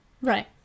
right